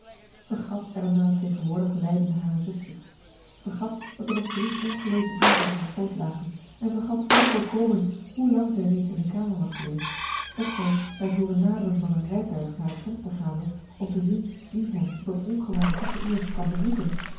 vergat elinor het tegenwoordig lijden harer zuster vergat dat er nog drie ongelezen brieven op haar schoot lagen en vergat zoo volkomen hoe lang zij reeds in de kamer was geweest dat zij bij het hooren naderen van een rijtuig naar het venster gaande om te zien wie hen op dat ongewoon vroege uur kwam bezoeken